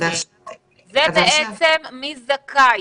זה בעצם מי זכאי,